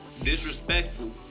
Disrespectful